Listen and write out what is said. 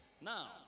Now